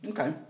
Okay